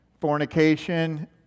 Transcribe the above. fornication